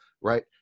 right